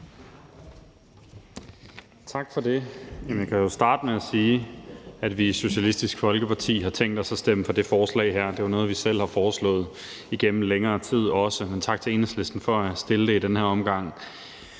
Tak for det. Jeg kan starte med at sige, at vi i Socialistisk Folkeparti har tænkt os at stemme for det forslag her. Det er jo noget, vi selv også har foreslået igennem længere tid, men tak til Enhedslisten for at fremsætte det i den her omgang.